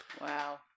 Wow